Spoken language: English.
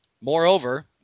Moreover